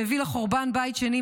שהביא לחורבן בית שני,